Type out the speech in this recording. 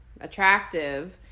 attractive